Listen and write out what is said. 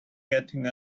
getting